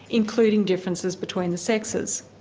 including differences between the sexes.